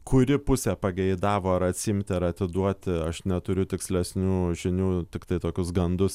kuri pusė pageidavo ar atsiimti ar atiduoti aš neturiu tikslesnių žinių tiktai tokius gandus